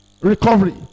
Recovery